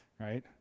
Right